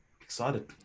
Excited